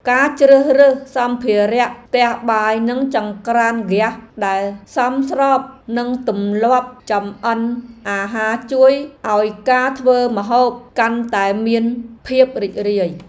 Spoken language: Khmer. ការជ្រើសរើសសម្ភារៈផ្ទះបាយនិងចង្ក្រានហ្គាសដែលសមស្របនឹងទម្លាប់ចម្អិនអាហារជួយឱ្យការធ្វើម្ហូបកាន់តែមានភាពរីករាយ។